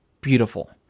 beautiful